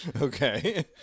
Okay